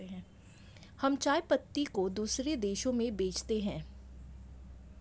हम चाय पत्ती को दूसरे देशों में भेजते हैं